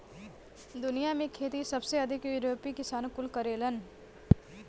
दुनिया में खेती सबसे अधिक यूरोपीय किसान कुल करेलन